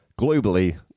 globally